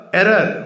error